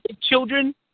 children